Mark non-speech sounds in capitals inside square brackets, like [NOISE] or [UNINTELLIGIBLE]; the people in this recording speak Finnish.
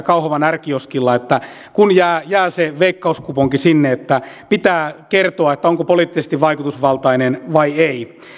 [UNINTELLIGIBLE] kauhavalla että kun jää jää se veikkauskuponki sinne niin pitää kertoa onko poliittisesti vaikutusvaltainen vai ei